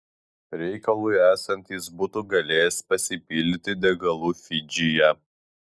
reikalui esant jis būtų galėjęs pasipildyti degalų fidžyje